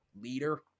leader